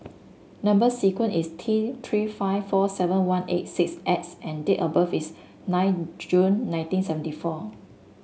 number sequence is T Three five four seven one eight six X and date of birth is nine June nineteen seventy four